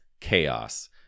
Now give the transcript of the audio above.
chaos